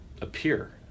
appear